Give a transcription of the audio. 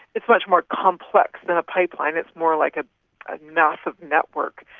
it's much more complex than a pipeline, it's more like ah a massive network,